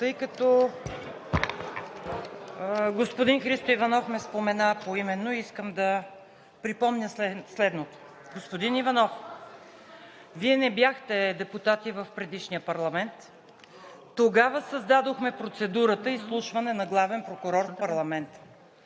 Тъй като господин Христо Иванов ме спомена поименно, искам да припомня следното. Господин Иванов, Вие не бяхте депутат в предишния парламент. Тогава създадохме процедурата „изслушване на главен прокурор в парламента“,